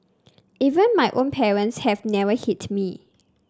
even my own parents have never hit me